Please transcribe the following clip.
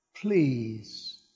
please